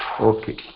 Okay